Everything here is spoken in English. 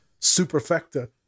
superfecta